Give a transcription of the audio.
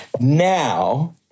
Now